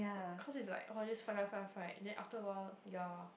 cause it's like just oh fight fight fight fight fight and then after a while ya